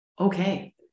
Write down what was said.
Okay